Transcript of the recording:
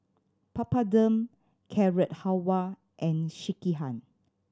Papadum Carrot Halwa and Sekihan